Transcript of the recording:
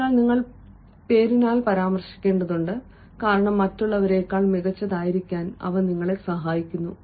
അതിനാൽ നിങ്ങൾ പേരിനാൽ പരാമർശിക്കേണ്ടതുണ്ട് കാരണം മറ്റുള്ളവരെക്കാൾ മികച്ചതായിരിക്കാൻ അവ നിങ്ങളെ സഹായിക്കുന്നു